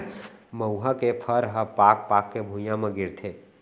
मउहा के फर ह पाक पाक के भुंइया म गिरथे